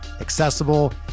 accessible